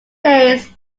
days